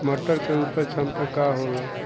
मटर के उपज क्षमता का होला?